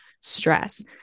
stress